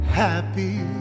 happy